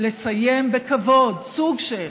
לסיים בכבוד, סוג של,